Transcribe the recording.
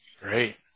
Great